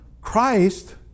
Christ